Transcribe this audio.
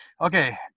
Okay